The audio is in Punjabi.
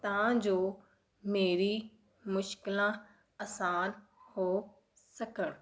ਤਾਂ ਜੋ ਮੇਰੀ ਮੁਸ਼ਕਿਲਾਂ ਆਸਾਨ ਹੋ ਸਕਣ